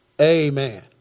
Amen